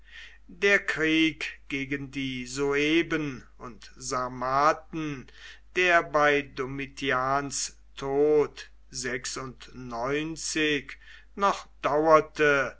der krieg gegen die sueben und sarmaten der bei domitians tod noch dauerte